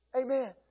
Amen